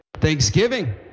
thanksgiving